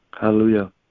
Hallelujah